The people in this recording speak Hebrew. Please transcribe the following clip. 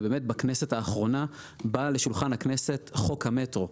ובאמת בכנסת האחרונה בא לשולחן הכנסת חוק המטרו.